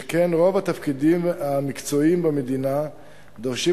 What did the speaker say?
שכן רוב התפקידים המקצועיים במדינה דורשים